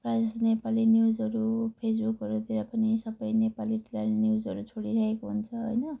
प्रायःजस्तो नेपाली न्युजहरू फेसबुकहरूतिर पनि सबै नेपालीतिरकै न्युजहरू छोडिराखेको हुन्छ होइन